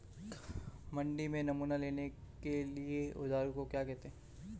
मंडी में नमूना लेने के औज़ार को क्या कहते हैं?